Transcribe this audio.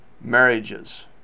marriages